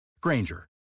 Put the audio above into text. Granger